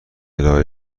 ارائه